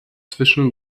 zwischen